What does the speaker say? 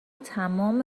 تمام